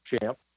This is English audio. champ